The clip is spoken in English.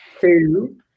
two